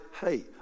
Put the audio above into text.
Hey